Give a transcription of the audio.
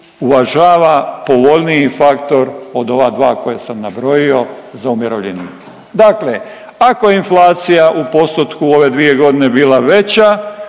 uvažava povoljniji faktor od ova dva koja sam nabrojio za umirovljenike. Dakle ako je inflacija u postotku ove dvije godine bila veća